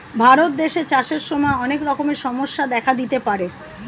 ভারত দেশে চাষের সময় অনেক রকমের সমস্যা দেখা দিতে পারে